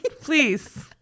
Please